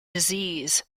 disease